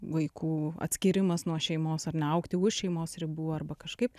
vaikų atskyrimas nuo šeimos ar ne augti už šeimos ribų arba kažkaip